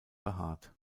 behaart